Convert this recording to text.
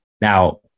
Now